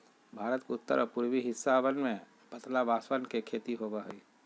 भारत के उत्तर और पूर्वी हिस्सवन में पतला बांसवन के खेती होबा हई